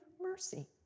mercy